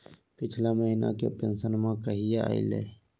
पिछला महीना के पेंसनमा कहिया आइले?